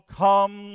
come